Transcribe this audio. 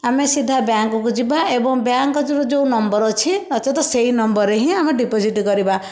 ଆମେ ସିଧା ବ୍ୟାଙ୍କକୁ ଯିବା ଏବଂ ବ୍ୟାଙ୍କରେ ଯେଉଁ ନମ୍ବର ଅଛି ନଚେତ ସେହି ନମ୍ବରରେ ହିଁ ଆମେ ଡିପୋଜିଟ୍ କରିବା